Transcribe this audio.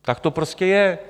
Tak to prostě je.